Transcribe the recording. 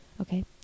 Okay